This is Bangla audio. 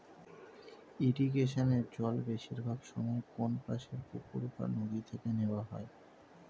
ইরিগেশনে জল বেশিরভাগ সময়ে কোনপাশের পুকুর বা নদি থেকে নেওয়া হয়